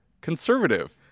conservative